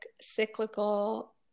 cyclical